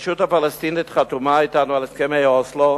הרשות הפלסטינית חתומה אתנו על הסכמי אוסלו,